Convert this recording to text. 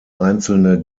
einzelne